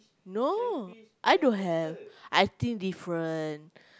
no I don't have I think different